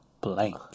blank